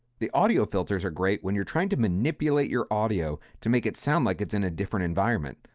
the audio filters are great when you're trying to manipulate your audio to make it sound like it's in a different environment.